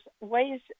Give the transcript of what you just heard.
ways